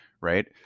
right